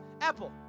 apple